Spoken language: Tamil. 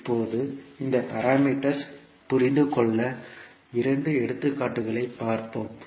இப்போது இந்த பாராமீட்டர்ஸ் புரிந்துகொள்ள இரண்டு எடுத்துக்காட்டுகளைப் பார்ப்போம்